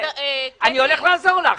אני הולך לעזור לך.